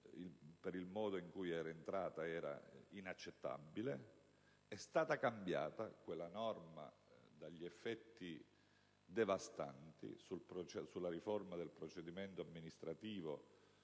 per il modo in cui era entrata era inaccettabile. È stata cambiata quella norma dagli effetti devastanti sulla riforma del procedimento amministrativo